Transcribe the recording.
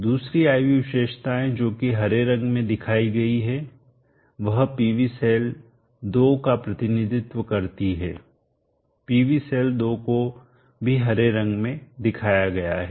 दूसरी I V विशेषताएं जो कि हरे रंग में दिखाई गई है वह PV सेल 2 का प्रतिनिधित्व करती है PV सेल 2 को भी हरे रंग में दिखाया गया है